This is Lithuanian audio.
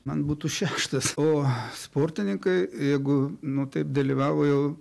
man būtų šeštos o sportininkai jeigu nu taip dalyvavo jau